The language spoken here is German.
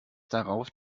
darauf